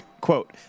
Quote